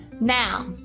Now